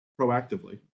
proactively